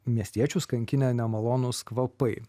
miestiečius kankinę nemalonūs kvapai